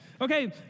Okay